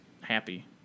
happy